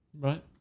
Right